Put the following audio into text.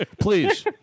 Please